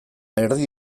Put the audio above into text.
erdi